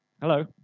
Hello